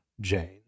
Jane